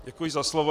Děkuji za slovo.